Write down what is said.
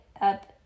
up